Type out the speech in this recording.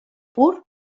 pur